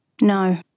No